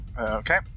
Okay